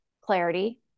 clarity